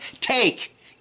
Take